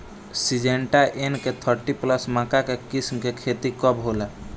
Syngenta NK thirty plus मक्का के किस्म के खेती कब होला?